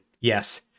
Yes